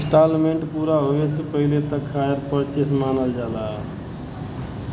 instalment पूरा होये से पहिले तक हायर परचेस मानल जाला